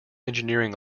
engineering